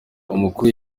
umukuru